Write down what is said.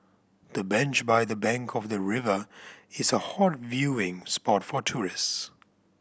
the bench by the bank of the river is a hot viewing spot for tourist